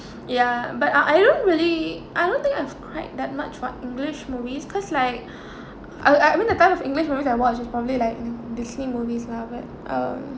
ya but I I don't really I don't think I've cried that much what english movies cause like I I mean the type of english movies I watch is probably like Disney movies lah but um